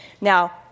Now